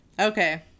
Okay